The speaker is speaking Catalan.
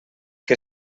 que